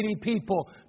people